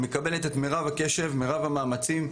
היא מקבלת את מרב הקשב ומרב המאמצים.